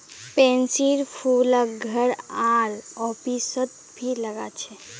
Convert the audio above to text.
पैन्सीर फूलक घर आर ऑफिसत भी लगा छे